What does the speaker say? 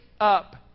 up